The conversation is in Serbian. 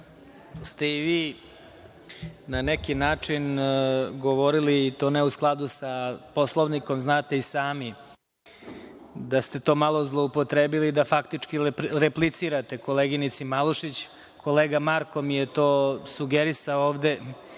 ste i vi na neki način govorili, i to ne u skladu sa Poslovnikom, znate i sami da ste to malo zloupotrebili da faktički replicirate koleginici Malušić. Kolega Marko mi je to sugerisao ovde